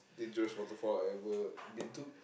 dangerous waterfall I ever been to